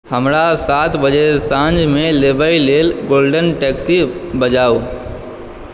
हमरा सात बजे साँझमे लेबऽ लेल गोल्डन टैक्सी बजाउ